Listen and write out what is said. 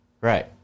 Right